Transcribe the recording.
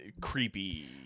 creepy